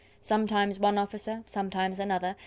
sometimes one officer, sometimes another,